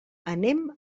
anem